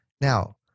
Now